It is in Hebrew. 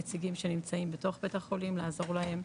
נציגים שנמצאים בתוך בית החולים לעזור להם,